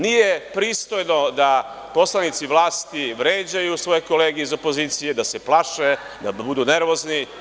Nije pristojno da poslanici vlasti vređaju svoje kolege iz opozicije, da se plaše, da budu nervozni.